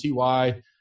TY